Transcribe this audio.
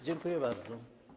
Dziękuję bardzo.